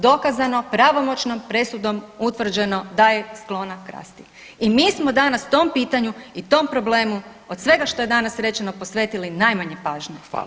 Dokazano pravomoćnom presudom, utvrđeno da je sklona krasti i mi smo danas tom pitanju i tom problemu od svega što je danas rečeno, posvetili najmanje pažnje